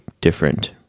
different